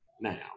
now